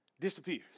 disappears